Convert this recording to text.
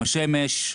עם השמש,